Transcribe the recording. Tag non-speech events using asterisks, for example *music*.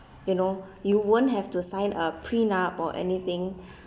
you know you won't have to sign a prenup or anything *breath*